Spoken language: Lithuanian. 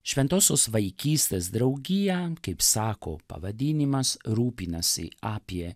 šventosios vaikystės draugija kaip sako pavadinimas rūpinasi apie